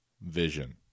Vision